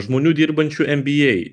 žmonių dirbančių nba